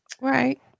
right